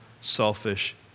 selfish